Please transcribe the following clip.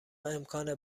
امکان